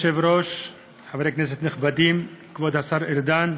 כבוד היושב-ראש, חברי כנסת נכבדים, כבוד השר ארדן,